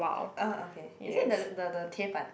ah okay is it the the the Tiapan